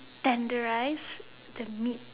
tenderize the meat